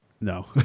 No